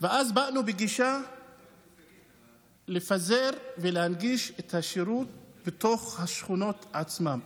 ואז באנו בגישה לפזר ולהנגיש את השירות בתוך השכונות עצמן,